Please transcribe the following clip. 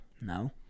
No